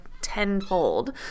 tenfold